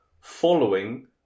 following